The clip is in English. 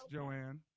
Joanne